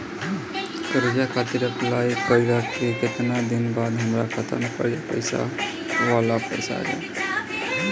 कर्जा खातिर अप्लाई कईला के केतना दिन बाद तक हमरा खाता मे कर्जा वाला पैसा आ जायी?